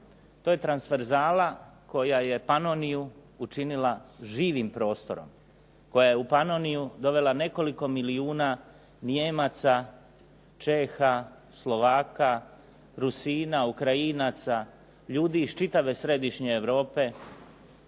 To je transverzala koja je Panoniju učinila živim prostorom, koja je u Panoniju dovela nekoliko milijuna Nijemaca, Čeha, Slovaka, Rusina, Ukrajinaca ljudi iz čitave središnje Europe